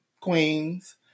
queens